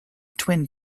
twin